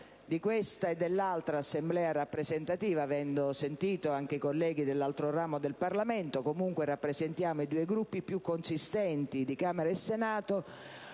di questa e dell'altra Assemblea rappresentativa, avendo sentito anche i colleghi dell'altro ramo del Parlamento (comunque rappresentiamo i due Gruppi più consistenti di Camera e Senato).